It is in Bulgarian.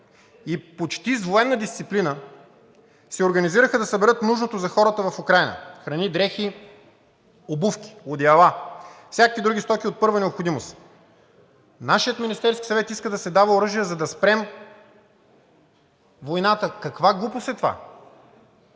и почти с военна дисциплина се организираха да съберат нужното за хората в Украйна – храни, дрехи, обувки, одеяла и всякакви други стоки от първа необходимост. Нашият Министерски съвет иска да се дава оръжие, за да спрем войната. Каква глупост е това?!